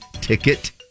ticket